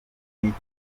n’icyo